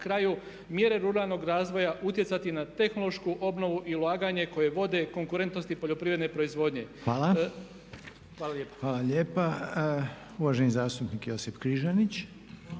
kraju mjere ruralnog razvoja utjecati na tehnološku obnovu i ulaganje koje vode konkurentnosti poljoprivredne proizvodnje. **Reiner, Željko (HDZ)** Hvala. Uvaženi zastupnik Josip Križanić.